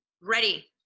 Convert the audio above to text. ready